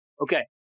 Okay